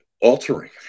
altering